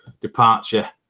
departure